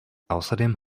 außerdem